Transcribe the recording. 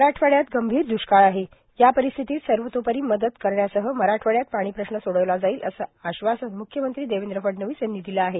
मराठवाडयात गंभीर द्ष्काळ आहे यापरिस्थितीत सर्वोतोपरी मदत करण्यासह मराठवाडयात पाणी प्रश्न सोडावला जाईल असं आष्वासन मुख्यमंत्री देवेंद्र फडणवीस यांनी दिलं आहे